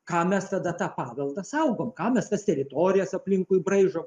kam mes tada tą paveldą saugom kam mes tas teritorijas aplinkui braižom